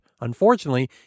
Unfortunately